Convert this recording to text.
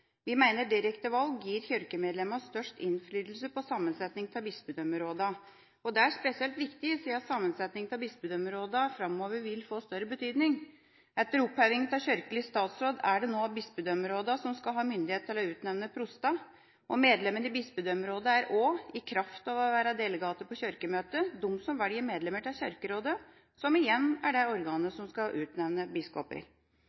Vi mener direkte valg gir kirkemedlemmene størst innflytelse på sammensetninga av bispedømmerådene. Det er spesielt viktig, siden sammensetninga av bispedømmerådene framover vil få større betydning. Etter opphevinga av kirkelig statsråd er det nå bispedømmerådene som skal ha myndighet til å utnevne proster. Medlemmene i bispedømmerådene er også, i kraft av å være delegater på Kirkemøtet, de som velger medlemmene i Kirkerådet, som igjen er det organet